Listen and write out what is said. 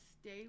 stay